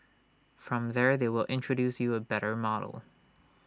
from there they will introduce you A better model